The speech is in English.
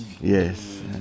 Yes